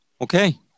okay